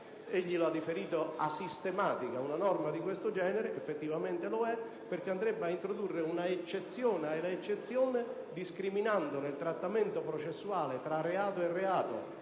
Egli ha definito asistematica una norma di questo genere ed effettivamente è tale perché andrebbe ad introdurre un'eccezione all'eccezione, discriminando nel trattamento processuale tra reato e reato